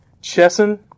Chesson